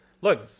Look